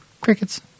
Crickets